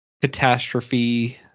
Catastrophe